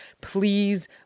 please